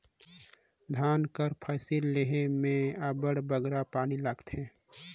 धान कर फसिल लेहे में अब्बड़ बगरा पानी लागथे